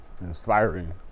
Inspiring